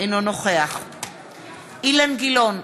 אינו נוכח אילן גילאון,